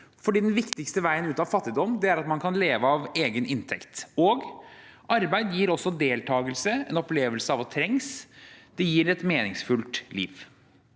for den viktigste veien ut av fattigdom er at man kan leve av egen inntekt. Arbeid gir også deltakelse, en opplevelse av at man trengs. Det gir et me ningsfullt liv.